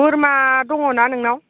बोरमा दङना नोंनाव